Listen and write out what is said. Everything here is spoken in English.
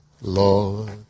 Lord